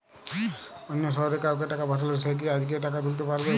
অন্য শহরের কাউকে টাকা পাঠালে সে কি আজকেই টাকা তুলতে পারবে?